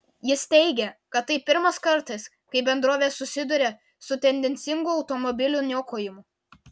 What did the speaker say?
jis teigė kad tai pirmas kartas kai bendrovė susiduria su tendencingu automobilių niokojimu